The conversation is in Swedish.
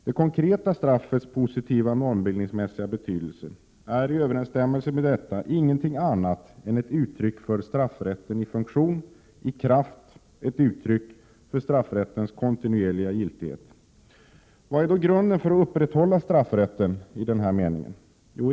Det konkreta straffets positiva normbildningsmässiga betydelse är i överensstämmelse med detta ingenting annat än ett uttryck för straffrätten i funktion, i kraft, ett uttryck för straffrättens kontinuerliga giltighet. Vad är grunden för att upprätthålla straffrätten i denna mening?